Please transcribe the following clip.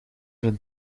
een